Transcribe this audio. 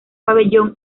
pabellón